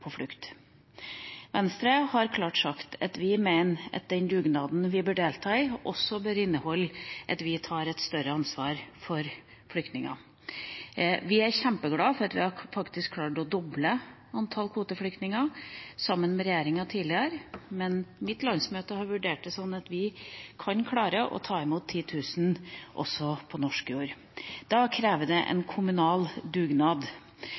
på flukt. Venstre har klart sagt at vi mener at den dugnaden vi bør delta i, også bør inneholde at vi tar et større ansvar for flyktningene. Vi er kjempeglad for at vi faktisk har klart å doble antall kvoteflyktninger sammen med regjeringa tidligere, men mitt landsmøte har vurdert det sånn at vi kan klare å ta imot 10 000 også på norsk jord. Det krever en kommunal dugnad.